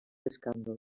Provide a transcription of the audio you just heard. escàndols